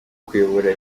kuyobora